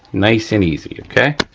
nice and easy, okay.